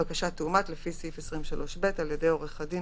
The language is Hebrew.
הבקשה תאומת לפי סעיף 23(ב) על ידי עורך הדין